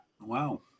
Wow